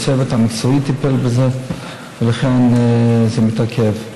הצוות המקצועי טיפל בזה, ולכן זה מתעכב.